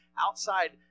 outside